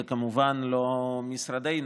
זה כמובן לא משרדנו.